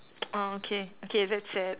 ah okay okay that's sad